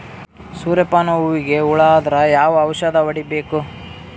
ಸೂರ್ಯ ಪಾನ ಹೂವಿಗೆ ಹುಳ ಆದ್ರ ಯಾವ ಔಷದ ಹೊಡಿಬೇಕು?